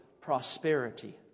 prosperity